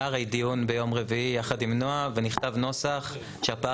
היה הרי דיון ביום רביעי יחד עם נעה ונכתב נוסח שהפער